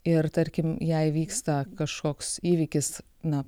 ir tarkim jei vyksta kažkoks įvykis na